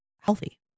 healthy